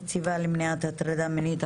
נציבה למניעת הטרדה מינית,